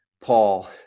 Paul